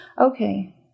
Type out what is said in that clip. Okay